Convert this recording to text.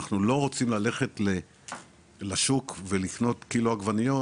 אנחנו לא רוצים ללכת לשוק ולקנות קילו עגבניות